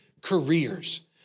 careers